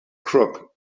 crook